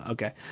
Okay